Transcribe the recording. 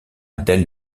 del